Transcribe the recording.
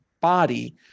body